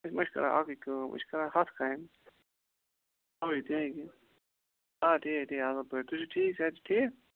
أسۍ مہَ چھِ کَران اکٕے کٲم أسۍ چھِ کران ہتھ کامہ اوے تمے کنۍ آ ٹھیٖک ٹھیٖک اصٕل پٲٹھۍ تُہۍ چھو ٹھیٖک صحت چھَ ٹھیٖک